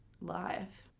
life